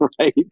right